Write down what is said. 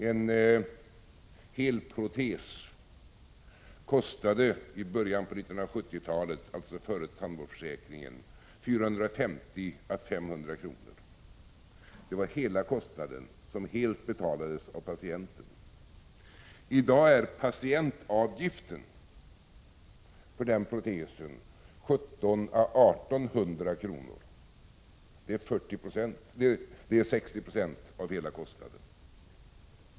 En helprotes kostade i början på 1970-talet, alltså före tandvårdsförsäkringen, 450 å 500 kr. Det var den totala kostnaden, som helt betalades av patienten. I dag är patientavgiften för den protesen 1 700 å 1 800 kr. Det är 60 26 av hela kostnaden.